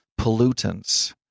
pollutants